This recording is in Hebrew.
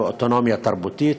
ואוטונומיה תרבותית,